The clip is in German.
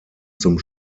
zum